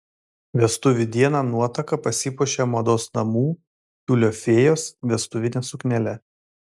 vestuvių dieną nuotaka pasipuošė mados namų tiulio fėjos vestuvine suknele